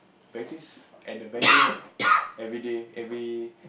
practice at the band room lah everyday every